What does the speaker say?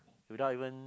without even